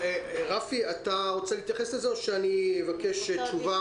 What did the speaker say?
רפי, אתה רוצה להתייחס לזה או שאני אבקש תשובה?